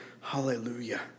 hallelujah